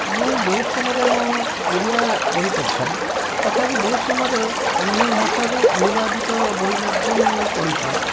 ମୁଁ ବହୁତ ସମୟରେ ଆମ ଓଡ଼ିଆ ବହି ପଢ଼ିଥାଏ ତଥାପି ବହୁ ସମୟରେ ଅନ୍ୟ ଭାଷାରୁ ଅନୁବାଦିତ ବହି ମଧ୍ୟ ମୁଁ ପଢ଼ିଥାଏ